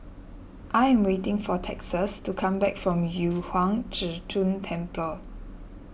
I am waiting for Texas to come back from Yu Huang Zhi Zun Temple